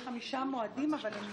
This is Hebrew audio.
שעניינו מס יוקרה על כלי רכב.